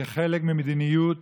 כחלק ממדיניות